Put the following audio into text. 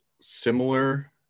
similar